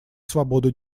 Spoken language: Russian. свободу